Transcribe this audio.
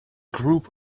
group